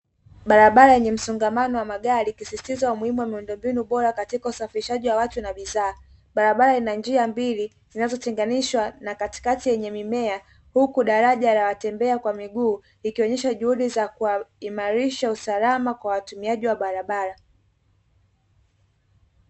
Barabara yenye msongamano wa magari ikisisitizwa umuhimu wa miundo mbinu bora kwa watu na bidhaa .Barabara ina njia mbili zinazotenganishwa na katikati yenye mimea huku daraja la watembea kwa miguu ikionyesha juhudi za kuimarisha usalama kwa watumiaji wa barabara.